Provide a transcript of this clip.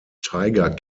tiger